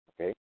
okay